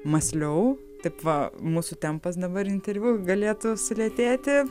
mąsliau taip va mūsų tempas dabar interviu galėtų sulėtėti